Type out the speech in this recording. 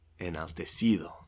enaltecido